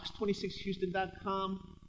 Fox26houston.com